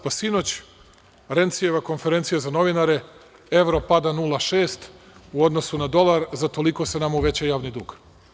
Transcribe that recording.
Pa, sinoć, Rencijeva konferencija za novinare, evro pada 0,6 u odnosu na dolar, za toliko se nama uveća javni dug.